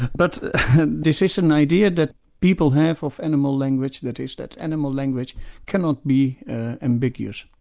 but this is an idea that people have of animal language that is that animal language cannot be ambiguous.